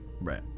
right